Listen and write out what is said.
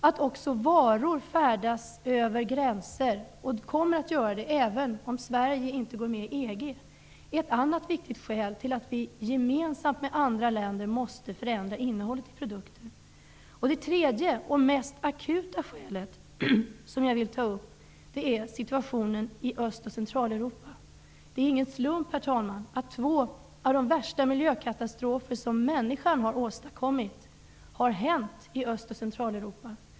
Det andra viktiga skälet till att vi i Sverige, gemensamt med andra länder, måste förändra innehållet i produkter är att också varor färdas över gränser. Det kommer de att göra även om Sverige inte går med i EG. Det tredje, mest akuta, skälet är situationen i Östoch Centraleuropa. Det är ingen slump, herr talman, att två av de värsta miljökatastrofer som människan åstadkommit har hänt i Öst och Centraleuropa.